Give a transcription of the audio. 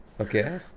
Okay